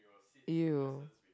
!eww!